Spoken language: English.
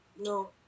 No